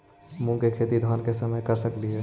मुंग के खेती धान के समय कर सकती हे?